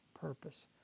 purpose